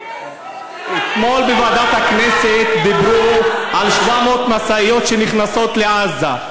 אתמול בוועדת הכנסת דיברו על 700 משאיות שנכנסות לעזה.